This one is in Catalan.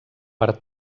per